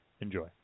enjoy